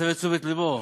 תסב את תשומת לבו,